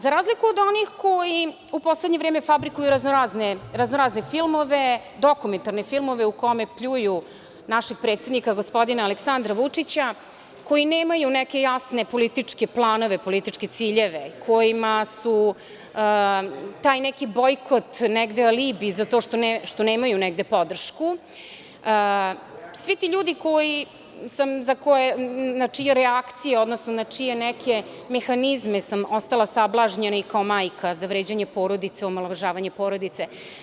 Za razliku od onih koji u poslednje vreme fabrikuju raznorazne filmove, dokumentarne filmove, u kome pljuju našeg predsednika, gospodina Aleksandra Vučića, koji nemaju neke jasne političke planove, političke ciljeve, kojima su taj neki bojkot negde alibi za to što nemaju negde podršku, svi ti ljudi na čije reakcije, odnosno na čije neke mehanizme sam ostala sablažnjena i kao majka, za vređanje porodice, omalovažavanje porodice.